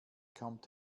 kommt